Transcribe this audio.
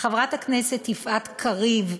חברת הכנסת יפעת קריב,